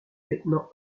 lieutenant